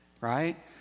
right